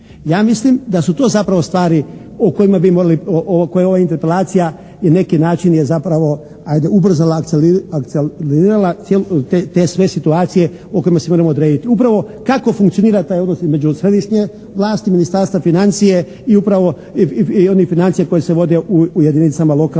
Ja mislim da su to zapravo stvari o kojima bi morali, koje ova interpelacija je na neki način zapravo ubrzala, akcelirala te sve situacije o kojima se moramo odrediti, upravo kako funkcionira taj odnos između središnje vlasti, Ministarstva financija i upravo onih financija koje se vode u jedinicama lokalne